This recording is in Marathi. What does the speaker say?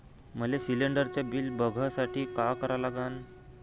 मले शिलिंडरचं बिल बघसाठी का करा लागन?